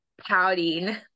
pouting